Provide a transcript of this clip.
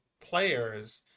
players